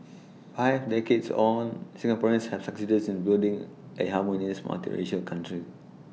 five decades on Singaporeans have succeeded in building A harmonious multiracial control